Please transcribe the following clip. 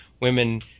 women